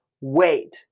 wait